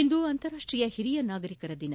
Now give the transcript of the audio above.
ಇಂದು ಅಂತಾರಾಷ್ಟೀಯ ಹಿರಿಯ ನಾಗರಿಕರ ದಿನ